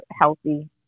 healthy